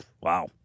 Wow